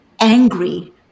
angry